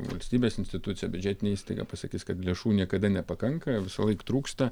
valstybės institucija biudžetinė įstaiga pasakys kad lėšų niekada nepakanka visąlaik trūksta